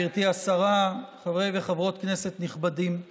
במקרה הנוכחי להביא את המסמכים של הנושא הזה.